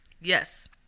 Yes